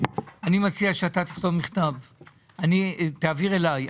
אני מציע שאתה תכתוב מכתב ותעביר אותו אליי.